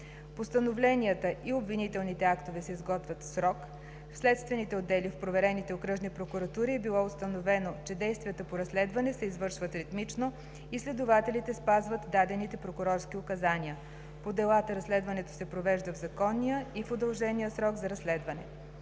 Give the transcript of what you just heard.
Постановленията и обвинителните актове се изготвят в срок. В следствените отдели в проверените окръжни прокуратури е било установено, че действията по разследване се извършват ритмично и следователите спазват дадените прокурорски указания. По делата разследването се провежда в законния и в удължения срок за разследване.